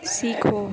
सीखो